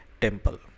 Temple